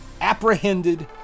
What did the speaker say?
apprehended